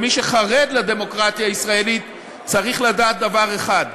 ומי שחרד לדמוקרטיה הישראלית צריך לדעת דבר אחד,